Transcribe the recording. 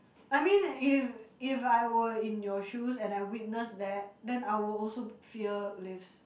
I mean if if I were in your shoes and I witness that then I will also fear lifts